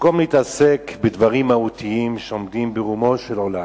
במקום להתעסק בדברים מהותיים שעומדים ברומו של עולם,